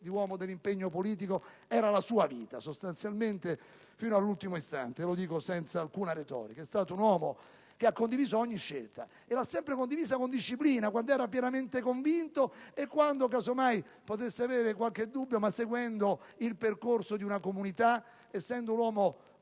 di uomo dell'impegno politico era la sua vita, sostanzialmente e fino all'ultimo istante: dico ciò senza alcun retorica. È stato un uomo che ha condiviso ogni scelta e l'ha sempre condivisa con disciplina, quando era pienamente convinto e anche quando poteva nutrire qualche dubbio, ma seguendo il percorso di una comunità. Essendo uomo